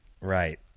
Right